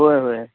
होय होय